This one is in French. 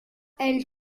elle